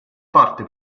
parte